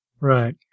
Right